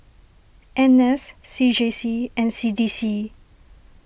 N S C J C and C D C